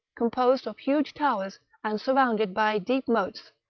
composed of huge towers, and surrounded by deep moats,